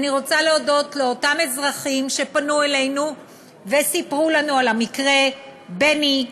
אני רוצה להודות לאותם אזרחים שפנו אלינו וסיפרו לנו על המקרה: בני,